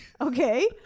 Okay